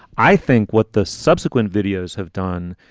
i think what the subsequent videos have done,